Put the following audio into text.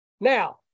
Now